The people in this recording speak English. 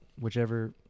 whichever